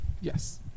Yes